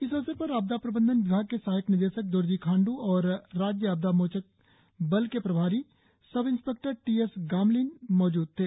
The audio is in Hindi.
इस अवसर पर आपदा प्रबंधन विभाग के सहायक निदेशक दोरजी खाण्ड्र और राज्य आपदा मोचक बल के प्रभारी सब इंस्पेक्टर टीएसगामसिंग मौजूद थे